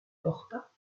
porta